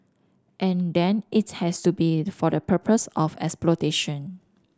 and then it has to be for the purpose of exploitation